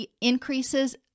increases